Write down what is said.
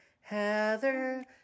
Heather